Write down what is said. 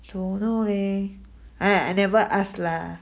don't know leh ah I never ask lah